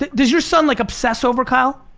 does your son like obsess over kyle?